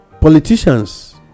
politicians